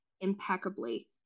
impeccably